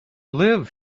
live